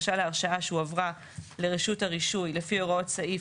בקשה להרשאה שהועברה לרשות הרישוי לפי הוראות סעיף